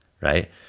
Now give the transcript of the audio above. right